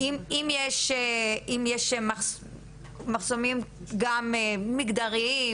אם יש מחסומים וגם מגדריים,